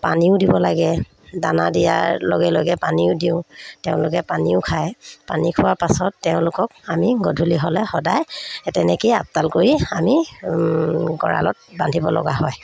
পানীও দিব লাগে দানা দিয়াৰ লগে লগে পানীও দিওঁ তেওঁলোকে পানীও খায় পানী খোৱাৰ পাছত তেওঁলোকক আমি গধূলি হ'লে সদায় তেনেকেই আপদাল কৰি আমি গঁড়ালত বান্ধিব লগা হয়